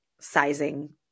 sizing